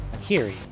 Kiri